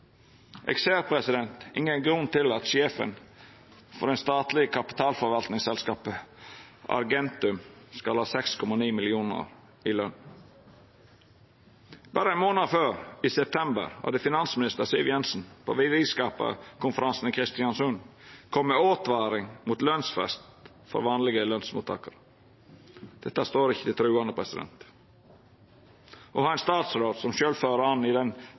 Eg ser ingen grunn til at sjefen for det statlege kapitalforvaltingsselskapet Argentum skal ha 6,9 mill. kr i løn. Berre ein månad før, i september, hadde finansminister Siv Jensen på Verdiskaperkonferansen i Kristiansund kome med ei åtvaring mot lønsfest for vanlege lønsmottakarar. Dette står ikkje til truande – å ha ein statsråd som fører an i den